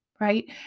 right